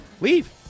leave